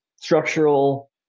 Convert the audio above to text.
structural